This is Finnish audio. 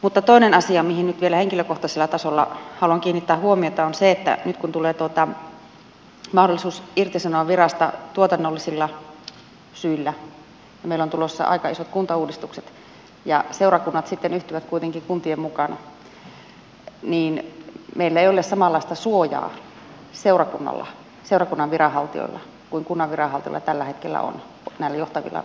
mutta toinen asia mihin nyt vielä henkilökohtaisella tasolla haluan kiinnittää huomiota on se että nyt kun tulee mahdollisuus irtisanoa virasta tuotannollisilla syillä ja meillä on tulossa aika isot kuntauudistukset ja seurakunnat sitten yhtyvät kuitenkin kuntien mukana niin meillä seurakunnan viranhaltijoilla ei ole samanlaista suojaa kuin kunnan viranhaltijoilla tällä hetkellä on näillä johtavilla virkamiehillä